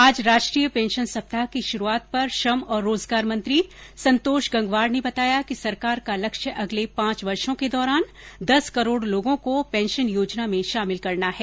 आज राष्ट्रीय पेंशन सप्ताह की शुरूआत पर श्रम और रोजगार मंत्री संतोष गंगवार ने बताया कि सरकार का लक्ष्य अगले पांच वर्षो के दौरान दस करोड लोगों को पेंशन योजना में शामिल करना है